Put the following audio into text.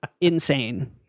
insane